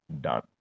done